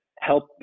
help